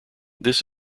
this